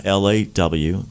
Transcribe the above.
law